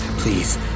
Please